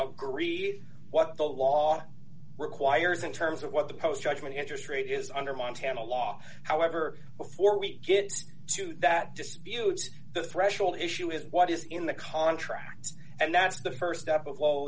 agree what the law requires in terms of what the post judgement interest rate is undermine tanna law however before we get to that dispute the threshold issue is what is in the contracts and that's the st step of